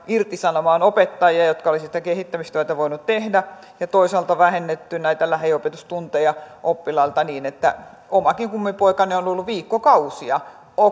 irtisanomaan opettajia jotka olisivat sitä kehittämistyötä voineet tehdä ja toisaalta on vähennetty näitä lähiopetustunteja oppilailta niin että omakin kummipoikani on ollut viikkokausia